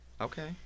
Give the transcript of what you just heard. Okay